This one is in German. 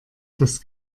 das